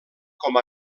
com